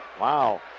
Wow